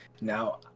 Now